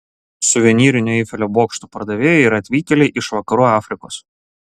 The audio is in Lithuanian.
suvenyrinių eifelio bokštų pardavėjai yra atvykėliai iš vakarų afrikos